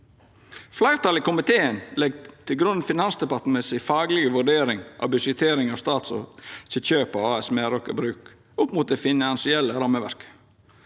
Fleirtalet i komiteen legg til grunn Finansdepartementets faglege vurdering av budsjettering av Statskogs kjøp av AS Meraker Brug opp mot det finansielle rammeverket.